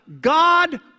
God